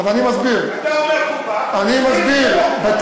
אז אני מסביר, אתה אומר חובה ומסביר שזה לא חובה.